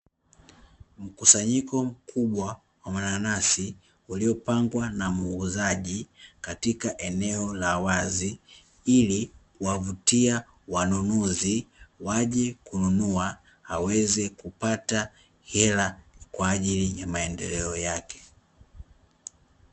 Mkusanyiko mkubwa wa mananasi uliopangwa na muuzaji katika eneo la wazi, ili kuwavutia wanunuzi waje kununua, aweze kupata hela kwa ajili ya maendeleo yake.